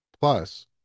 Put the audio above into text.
Plus